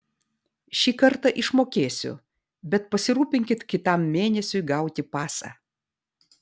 šį kartą išmokėsiu bet pasirūpinkit kitam mėnesiui gauti pasą